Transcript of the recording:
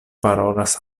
parolas